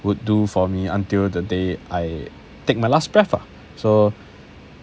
would do for me until the day I take my last breath ah so